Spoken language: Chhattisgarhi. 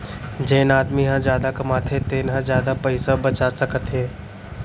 जेन आदमी ह जादा कमाथे तेन ह जादा पइसा बचा सकत हे